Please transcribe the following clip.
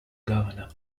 governor